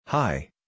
Hi